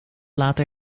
laten